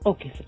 Okay